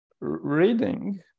reading